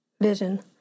vision